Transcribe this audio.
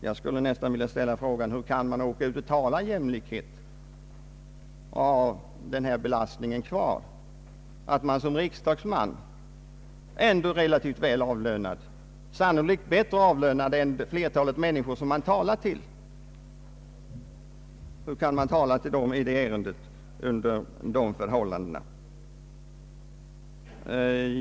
Jag skulle nästan vilja fråga: Hur kan man med denna belastning åka ut och tala om jämlikhet som riksdagsman, ändå relativt väl avlönad, sannolikt bättre avlönad än flertalet människor som man talar till?